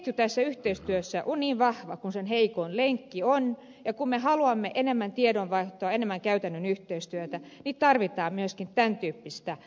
ketju tässä yhteistyössä on niin vahva kuin sen heikoin lenkki ja kun me haluamme enemmän tiedonvaihtoa enemmän käytännön yhteistyötä tarvitsemme myöskin tämän tyyppistä benchmarkingia